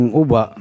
uba